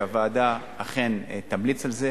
שהוועדה אכן תמליץ על זה.